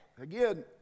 again